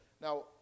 Now